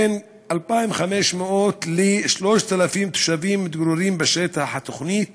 בין 2,500 ל-3,000 תושבים מתגוררים בשטח התוכנית